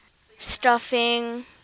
stuffing